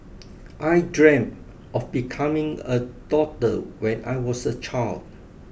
I dreamt of becoming a doctor when I was a child